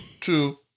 Two